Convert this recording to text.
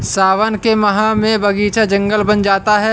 सावन के माह में बगीचा जंगल बन जाता है